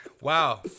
Wow